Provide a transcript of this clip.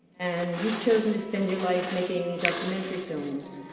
and you've chosen to spend your life making documentary films.